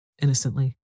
innocently